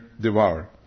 devour